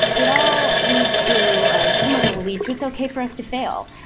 it all leads to some of it will lead to it's okay for us to fail,